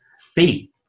feet